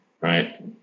Right